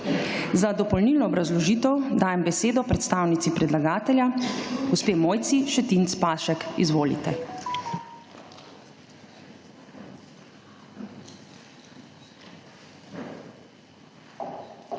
Za dopolnilno obrazložitev dajem besedo predstavnici predlagatelja gospe Mojci Šetinc Pašek. Izvolite.